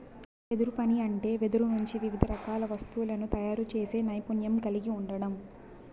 వెదురు పని అంటే వెదురు నుంచి వివిధ రకాల వస్తువులను తయారు చేసే నైపుణ్యం కలిగి ఉండడం